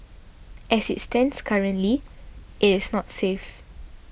as it stands currently it is not safe